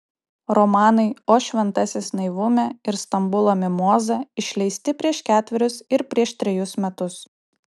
romanai o šventasis naivume ir stambulo mimoza išleisti prieš ketverius ir prieš trejus metus